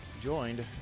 joined